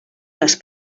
les